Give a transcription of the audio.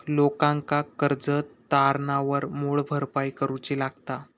लोकांका कर्ज तारणावर मूळ भरपाई करूची लागता